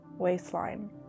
waistline